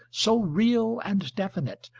so real and definite,